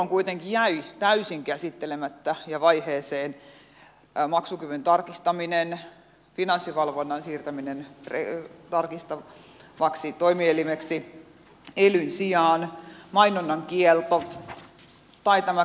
silloin kuitenkin jäi täysin käsittelemättä ja vaiheeseen maksukyvyn tarkistaminen finanssivalvonnan siirtäminen tarkistavaksi toimielimeksi elyn sijaan mainonnan kielto tai tämä kieltäminen täysin